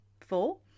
four